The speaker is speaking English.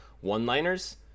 one-liners